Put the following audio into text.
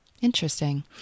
interesting